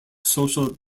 social